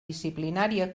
disciplinària